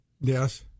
Yes